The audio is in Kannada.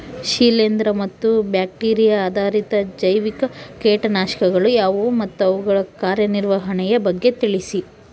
ಶಿಲೇಂದ್ರ ಮತ್ತು ಬ್ಯಾಕ್ಟಿರಿಯಾ ಆಧಾರಿತ ಜೈವಿಕ ಕೇಟನಾಶಕಗಳು ಯಾವುವು ಮತ್ತು ಅವುಗಳ ಕಾರ್ಯನಿರ್ವಹಣೆಯ ಬಗ್ಗೆ ತಿಳಿಸಿ?